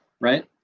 right